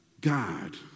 God